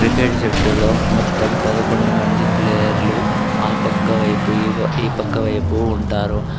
cricket జట్టులో మొత్తం పదకొండు మంది ప్లేయర్లు ఆ పక్కవైపు ఈ ప ఈ పక్క వైపు ఉంటారు